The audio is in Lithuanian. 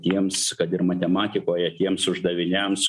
tiems kad ir matematikoje tiems uždaviniams